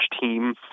team